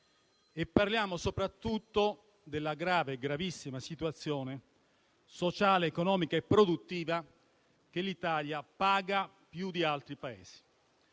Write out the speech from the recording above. Parliamo soprattutto della grave, gravissima situazione sociale, economica e produttiva che l'Italia paga più di altri Paesi.